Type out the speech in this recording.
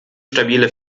stabile